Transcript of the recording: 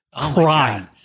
crying